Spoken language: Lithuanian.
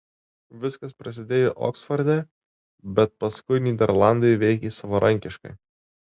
viskas prasidėjo oksforde bet paskui nyderlandai veikė savarankiškai